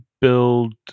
build